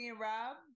Rob